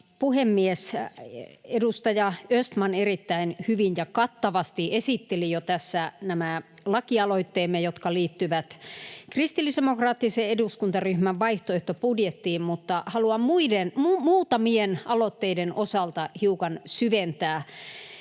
puhemies! Edustaja Östman erittäin hyvin ja kattavasti esitteli jo tässä nämä lakialoitteemme, jotka liittyvät kristillisdemokraattisen eduskuntaryhmän vaihtoehtobudjettiin, mutta haluan muutamien aloitteiden osalta hiukan syventää